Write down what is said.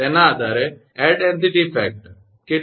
તેના આધારે air density factor બરાબર